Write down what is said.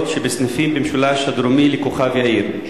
שבסניפים במשולש הדרומי לכוכב-יאיר,